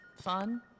fun